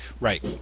Right